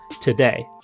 today